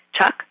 Chuck